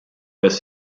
both